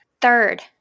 Third